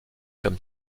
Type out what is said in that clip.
comme